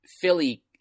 Philly